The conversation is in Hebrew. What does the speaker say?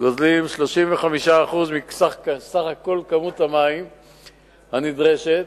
גוזלים 35% מכמות המים הנדרשת,